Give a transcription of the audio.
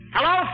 Hello